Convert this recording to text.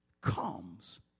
comes